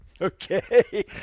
okay